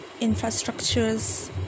infrastructures